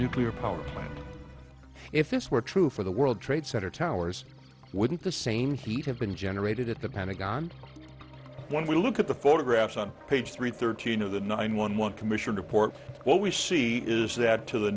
nuclear power plant and if this were true for the world trade center towers wouldn't the same heat have been generated at the pentagon when we look at the photographs on page three thirteen of the nine one one commission report what we see is that to the